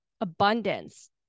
abundance